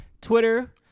Twitter